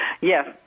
Yes